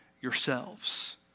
yourselves